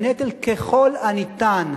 בנטל ככל הניתן.